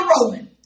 rolling